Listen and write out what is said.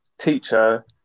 teacher